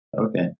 Okay